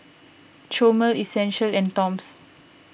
Chomel Essential and Toms